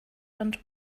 and